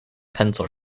pencil